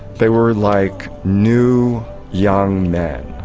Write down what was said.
they were like new young men.